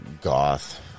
goth